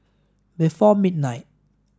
before midnight